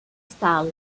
stahl